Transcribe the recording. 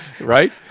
Right